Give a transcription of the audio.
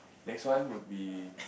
next one would be